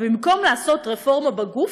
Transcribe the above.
ובמקום לעשות רפורמה בגוף,